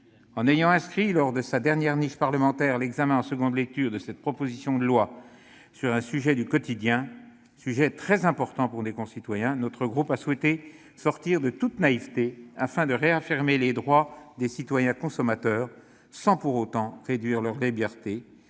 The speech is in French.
En ayant inscrit dans le cadre de sa dernière niche parlementaire l'examen en seconde lecture de cette proposition de loi sur un sujet du quotidien, très important pour nos concitoyens, mon groupe a souhaité s'affranchir de toute naïveté, afin de réaffirmer les droits des citoyens consommateurs, sans pour autant réduire leurs libertés.